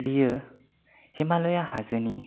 बियो हिमाल'या हाजोनि